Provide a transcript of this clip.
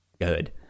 good